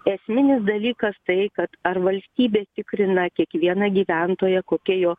esminis dalykas tai kad ar valstybė tikrina kiekvieną gyventoją kokia jo